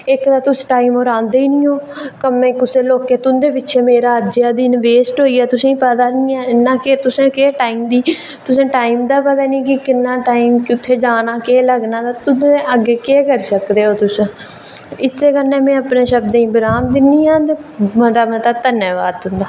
इक्क ते तुस टाईम पर आंदे निं ओ कम्में ई तुं'दे पिच्छें मेरा अज्जै दा टाईम वेस्ट होइया तुसेंगी पता निं ऐ इन्ना केह् तुसें टाईम दी तुसेंगी टाईम दा पता निं ऐ कुत्थै जाना केह् लग्गना उं'दे अग्गें केह् करी सकदे ओ तुस इस कन्नै गै में अपने शब्दें गी विराम दिन्नी आं मता मता धन्नबाद तुं'दा